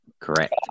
Correct